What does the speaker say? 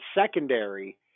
secondary